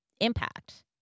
impact